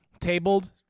Tabled